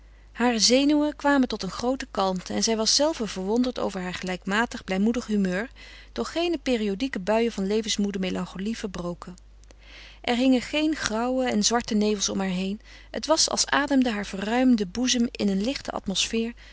hare zenuwen kwamen tot een groote kalmte en zij was zelve verwonderd over haar gelijkmatig blijmoedig humeur door geene periodieke buien van levensmoede melancholie verbroken er hingen geen grauwe en zwarte nevels om haar heen het was als ademde haar verruimde boezem in een lichte atmosfeer